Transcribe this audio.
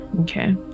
Okay